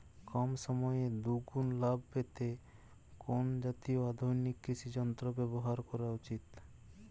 কম সময়ে দুগুন লাভ পেতে কোন জাতীয় আধুনিক কৃষি যন্ত্র ব্যবহার করা উচিৎ?